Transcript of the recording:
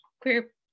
queer